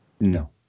No